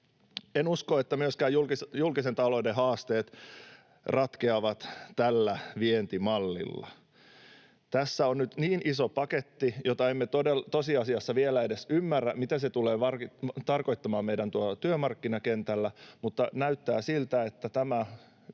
En usko, että myöskään julkisen talouden haasteet ratkeavat tällä vientimallilla. Tässä on nyt niin iso paketti, että emme tosiasiassa vielä edes ymmärrä, mitä se tulee tarkoittamaan tuolla meidän työmarkkinakentällä, mutta näyttää siltä, että tämä